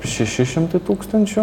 šeši šimtai tūkstančių